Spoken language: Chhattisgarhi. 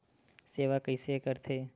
सेवा कइसे करथे?